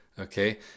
Okay